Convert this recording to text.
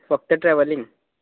फक्त ट्रॅवलींग